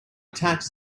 tax